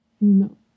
No